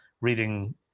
reading